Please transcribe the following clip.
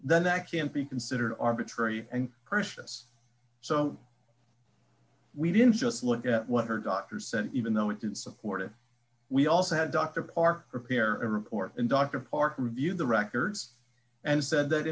then that can be considered arbitrary and capricious so we didn't just look at what her doctors said even though it didn't support it we also had dr park prepare a report and dr park reviewed the records and said that